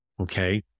Okay